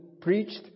preached